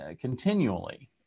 continually